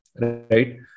right